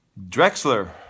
Drexler